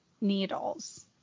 needles